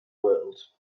world